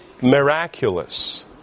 miraculous